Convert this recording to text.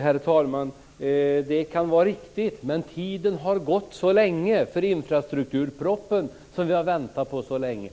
Herr talman! Det kan vara riktigt, men det har gått så lång tid och vi har väntat på infrastrukturpropositionen så länge.